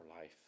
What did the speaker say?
life